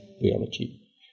biology